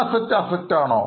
അത് Asset ആണോ